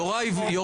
יוראי.